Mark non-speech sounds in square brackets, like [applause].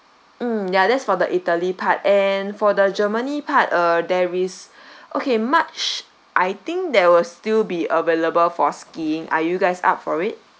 mm ya that's for the italy part and for the germany part uh there is [breath] okay march I think there will still be available for skiing are you guys up for it